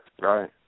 Right